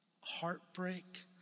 heartbreak